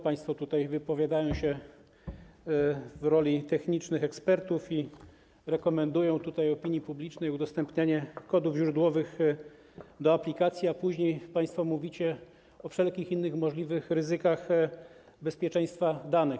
Państwo wypowiadają się w roli technicznych ekspertów i rekomendują opinii publicznej udostępnienie kodów źródłowych do aplikacji, a później państwo mówicie o wszelkich innych możliwych ryzykach bezpieczeństwa danych.